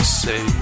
say